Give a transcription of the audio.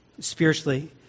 spiritually